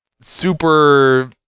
super